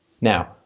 Now